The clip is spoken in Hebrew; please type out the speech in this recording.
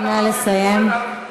נא לסיים.